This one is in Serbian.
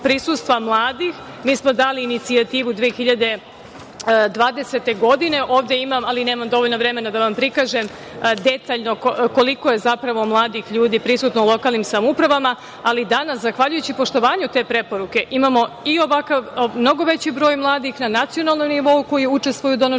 prisustva mladih. Mi smo dali inicijativu 2020. godine. Ovde imam, ali nemam dovoljno vremena da vam prikažem detaljno koliko je zapravo mladih ljudi prisutno u lokalnim samoupravama, ali danas zahvaljujući poštovanju te preporuke, imamo i ovakav mnogo veći broj mladih na nacionalnom nivou koji učestvuju u donošenju